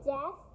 Yes